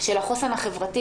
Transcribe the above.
של החוסן החברתי.